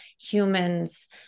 humans